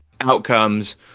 outcomes